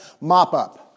mop-up